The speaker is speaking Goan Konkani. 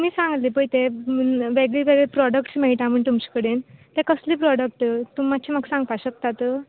तुमी सांगले पळय ते वेगळे वेगळे प्रॉडक्ट्स मेळटा म्हण तुमचे कडेन ते कसले प्रॉडक्ट तुमी मात्शें म्हाका सांगपाक शकतात